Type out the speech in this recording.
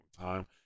time